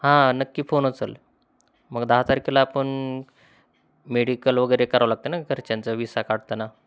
हां नक्की फोन उचलं मग दहा तारखेला आपण मेडिकल वगैरे करावं लागते ना घरच्यांचा व्हिसा काढताना